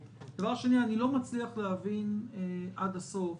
שנית, אני לא מצליח להבין עד הסוף